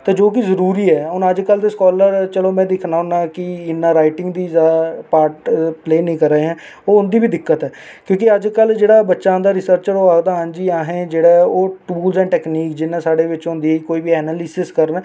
ते जो कि जरूरी ऐ हून अज्ज कल दे स्कालर चलो में दिक्खना होन्ना कि इन्ना राईटिंग दी जां पार्ट प्ले निं करा दे हैन ओह् उं'दी बी दिक्कत ऐ क्योंकि अज्ज कल जेह्ड़ा बच्चा आंदा रिसर्च च ओह् आखदा हां जी असें जेह्ड़ा ओह् टूल्स ऐंड टैकनीक जियां साढ़े बिच्च होंदी कोई बी ऐनालिसिस करना